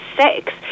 six